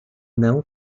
não